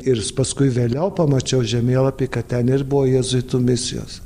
irs paskui vėliau pamačiau žemėlapį kad ten ir buvo jėzuitų misijos